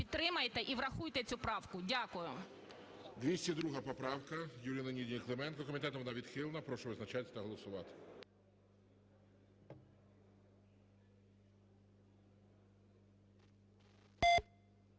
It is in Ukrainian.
підтримайте і врахуйте цю правку. Дякую.